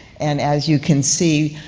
and as you can see,